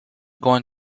going